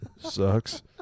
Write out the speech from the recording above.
sucks